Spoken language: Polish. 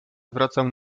zwracał